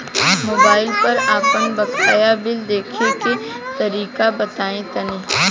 Mobile पर आपन बाकाया बिल देखे के तरीका बताईं तनि?